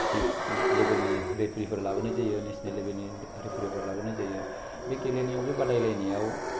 district लेबेलनि रेफारिफोर लाबोनाय जायो नेसनेल लेबेलनि रेफारिफोर लाबोनाय जायो बे गेलेनायाव बे बादायलायनायाव